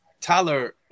Tyler